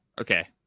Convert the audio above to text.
Okay